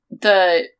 the-